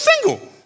single